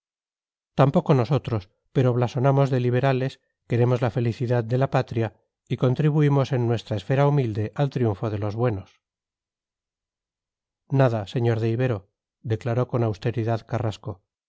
tampoco nosotros pero blasonamos de liberales queremos la felicidad de la patria y contribuimos en nuestra esfera humilde al triunfo de los buenos nada sr de ibero declaró con austeridad carrasco